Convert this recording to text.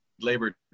labor